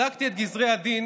בדקתי את גזרי הדין